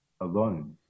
alone